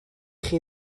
chi